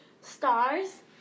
stars